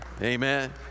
Amen